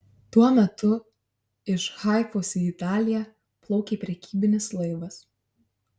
tuo metu iš haifos į italiją plaukė prekybinis laivas